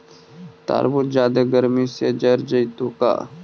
तारबुज जादे गर्मी से जर जितै का?